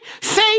say